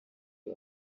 uyu